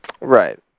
right